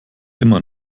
immer